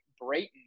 Brayton